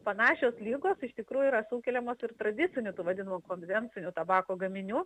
panašios ligos iš tikrųjų yra sukeliamos ir tradiciniu tų vadinamu konvencinio tabako gaminių